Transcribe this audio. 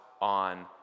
on